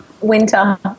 winter